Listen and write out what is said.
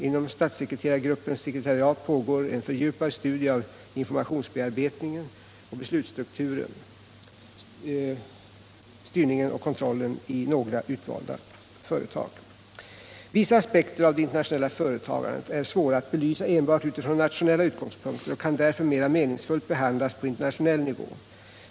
Inom statssekreterargruppens sekretariat pågår en fördjupad studie av informationsbearbetningen och beslutsstrukturen — styrningen och kontrollen — i några utvalda företag. Vissa aspekter av det internationella företagandet är svåra att belysa enbart från nationella utgångspunkter och kan därför mer meningsfullt behandlas på internationell nivå.